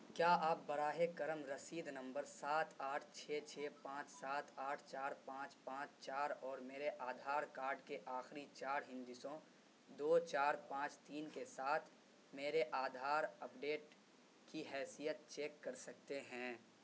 کیا آپ براہ کرم رسید نمبر سات آٹھ چھ چھ پانچ سات آٹھ چار پانچ پانچ چار اور میرے آدھار کارڈ کے آخری چار ہندسوں دو چار پانچ تین کے ساتھ میرے آدھار اپ ڈیٹ کی حیثیت چیک کر سکتے ہیں